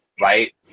right